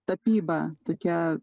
tapyba tokia